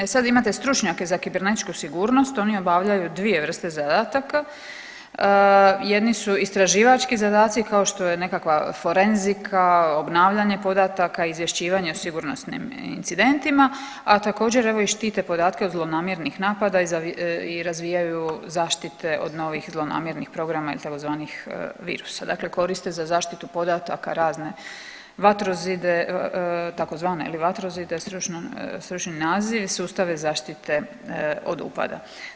E sad imate stručnjake za kibernetičku sigurnost, oni obavljaju dvije vrste zadataka, jedni su istraživački zadaci kao što je nekakva forenzika, obnavljanje podataka, izvješćivanje o sigurnosnim incidentima, a također evo štite i podatke od zlonamjernih napada i razvijaju zaštite od novih zlonamjernih programa ili tzv. virusa, dakle koriste za zaštitu podataka razne vatrozide tzv. vatrozide stručni naziv i sustave zaštite od upada.